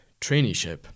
traineeship